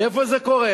ואיפה זה קורה?